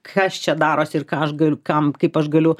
kas čia darosi ir ką aš galiu kam kaip aš galiu